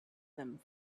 them